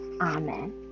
amen